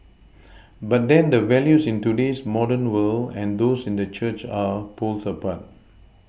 but then the values in today's modern world and those in the church are poles apart